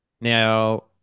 Now